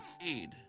feed